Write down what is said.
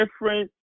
different